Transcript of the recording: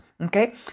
Okay